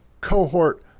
cohort